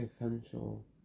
essential